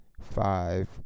five